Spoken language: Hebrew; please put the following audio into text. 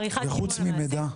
עריכת שימוע למעסיק --- וחוץ ממידע.